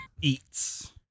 Eats